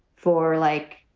for like,